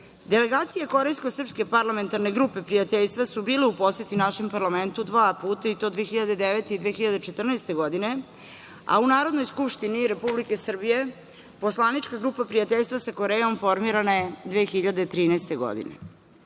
Koreje. Delegacije Korejsko-srpske parlamentarne grupe prijateljstva su bile u poseti našem parlamentu dva puta, i to 2009. i 2014. godine, a u Narodnoj skupštini RS Poslanička grupa prijateljstva sa Korejom formirana je 2013. godine.